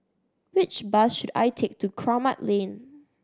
which bus should I take to Kramat Lane